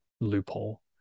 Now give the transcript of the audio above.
loophole